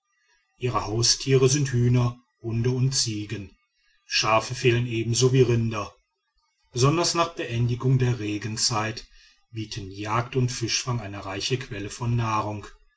ihre haustiere sind hühner hunde und ziegen schafe fehlen ebenso wie rinder besonders nach beendigung der regenzeit bieten jagd und fischfang eine reiche quelle von nahrung